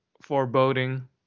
foreboding